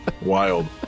Wild